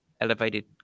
elevated